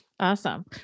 Awesome